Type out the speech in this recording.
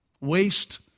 waste